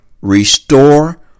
restore